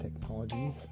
technologies